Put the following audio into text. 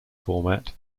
format